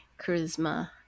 charisma